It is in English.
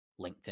LinkedIn